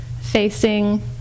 facing